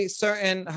certain